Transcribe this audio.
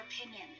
opinion